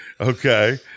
Okay